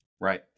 Right